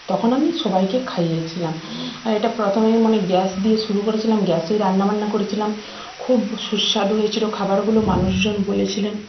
তখন আমি সবাইকে খাইয়েছিলাম আর এটা প্রথমেই মানে গ্যাস দিয়ে শুরু করেছিলাম গ্যাসেই রান্নাবান্না করেছিলাম খুব সুস্বাদু হয়েছিলো খাবারগুলো মানুষজন বলেছিলেন